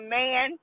man